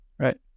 Right